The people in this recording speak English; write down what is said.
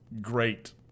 great